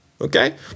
Okay